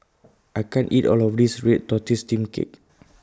I can't eat All of This Red Tortoise Steamed Cake